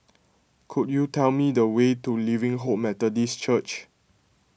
could you tell me the way to Living Hope Methodist Church